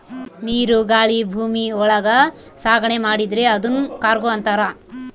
ನೀರು ಗಾಳಿ ಭೂಮಿ ಒಳಗ ಸಾಗಣೆ ಮಾಡಿದ್ರೆ ಅದುನ್ ಕಾರ್ಗೋ ಅಂತಾರ